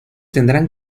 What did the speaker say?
tendrán